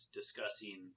discussing